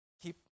keep